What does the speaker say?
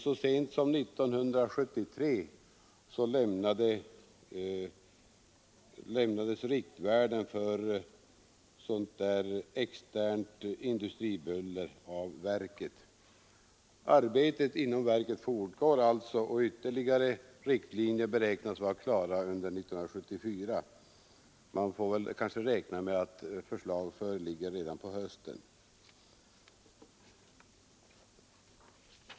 Så sent som 1973 lämnade verket riktvärden för externt industribuller. Arbetet inom verket fortgår alltså, och ytterligare riktlinjer beräknas vara klara under 1974. Man får kanske räkna med att förslag föreligger redan till hösten.